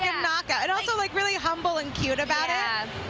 and and also like really humble and cute about it.